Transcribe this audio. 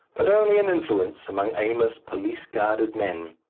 but only an influence among aimless, police-guarded men.